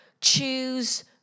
choose